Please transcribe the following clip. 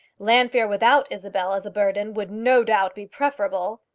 llanfeare without isabel as a burden would no doubt be preferable,